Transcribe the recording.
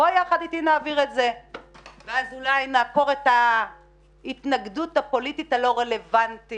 יחד אתי ונעביר את זה ואז אולי נעקור את ההתנגדות הפוליטית הלא רלוונטית